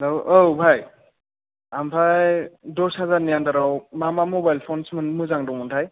औ औ भाइ ओमफ्राय दस हाजारनि आन्दाराव मा मा मबाइल फन्स मोन मोजां दङमोन थाय